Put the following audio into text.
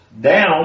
down